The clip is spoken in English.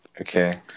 Okay